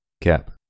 Cap